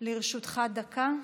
לרשותך דקה.